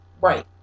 right